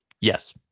Yes